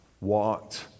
Walked